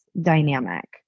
dynamic